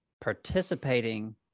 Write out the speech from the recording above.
participating